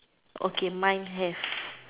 okay mine have